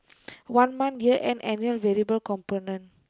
one month year end annual variable component